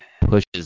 pushes